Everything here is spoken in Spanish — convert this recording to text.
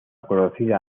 conocida